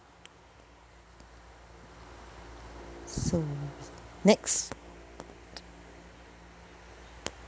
so next